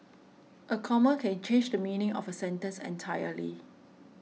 a comma can change the meaning of a sentence entirely